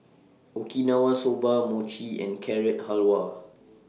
Okinawa Soba Mochi and Carrot Halwa